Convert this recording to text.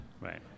Right